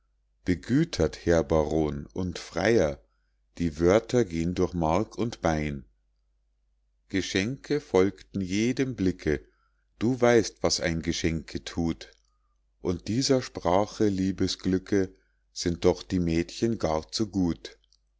herr baron und freier die wörter gehn durch mark und bein geschenke folgten jedem blicke du weißt was ein geschenke thut und dieser sprache liebes glücke sind doch die mädchen gar zu gut